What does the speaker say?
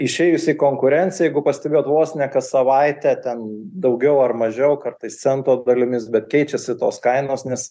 išėjus į konkurenciją jeigu pastebėjot vos ne kas savaitę ten daugiau ar mažiau kartais cento dalimis bet keičiasi tos kainos nes